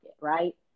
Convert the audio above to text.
right